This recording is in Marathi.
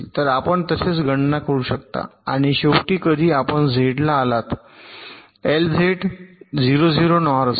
तर आपण तसेच गणना करू शकता आणि शेवटी कधी आपण झेडला आलात एलझेड 0 0 नॉर असेल